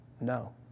No